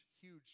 huge